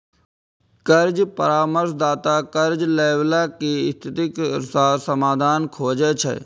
कर्ज परामर्शदाता कर्ज लैबला के स्थितिक अनुसार समाधान खोजै छै